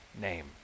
name